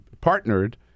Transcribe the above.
partnered